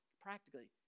practically